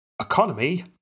Economy